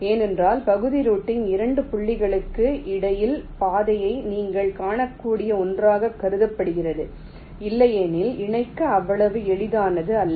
ஏனென்றால் பகுதி ரூட்டிங் 2 புள்ளிகளுக்கு இடையில் பாதையை நீங்கள் காணக்கூடிய ஒன்றாக கருதப்படுகிறது இல்லையெனில் இணைக்க அவ்வளவு எளிதானது அல்ல